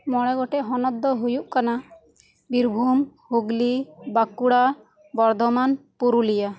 ᱢᱚᱬᱮ ᱜᱚᱴᱮᱱ ᱦᱚᱱᱚᱛ ᱫᱚ ᱦᱩᱭᱩᱜ ᱠᱟᱱᱟ ᱵᱤᱨᱵᱷᱩᱢ ᱦᱩᱜᱽᱞᱤ ᱵᱟᱸᱠᱩᱲᱟ ᱵᱚᱨᱫᱷᱚᱢᱟᱱ ᱯᱩᱨᱩᱞᱤᱭᱟᱹ